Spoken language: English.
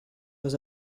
was